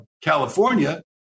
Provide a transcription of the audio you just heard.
California